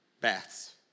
baths